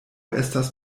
estas